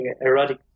erotic